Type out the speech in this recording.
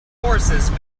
horses